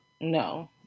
No